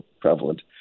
prevalent